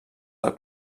del